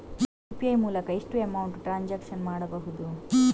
UPI ಮೂಲಕ ಎಷ್ಟು amount transaction ಮಾಡಬಹುದು?